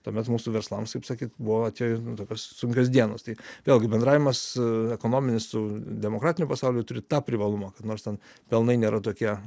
tuomet mūsų verslams taip sakyt buvo atėję tokios sunkios dienos tai vėlgi bendravimas ekonominis su demokratiniu pasauliu turi tą privalumą kad nors ten pelnai nėra tokie